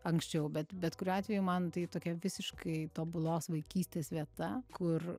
anksčiau bet bet kuriuo atveju man tai tokia visiškai tobulos vaikystės vieta kur